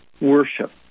worship